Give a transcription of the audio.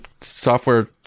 software